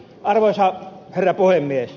arvoisa herra puhemies